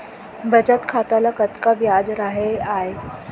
बचत खाता ल कतका ब्याज राहय आय?